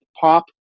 pop